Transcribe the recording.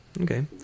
Okay